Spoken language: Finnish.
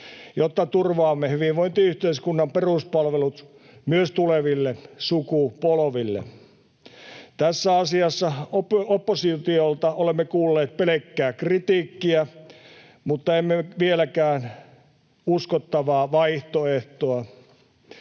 jotta turvaamme hyvinvointiyhteiskunnan peruspalvelut myös tuleville sukupolville. Tässä asiassa oppositiolta olemme kuulleet pelkkää kritiikkiä, mutta emme vieläkään uskottavaa vaihtoehtoa.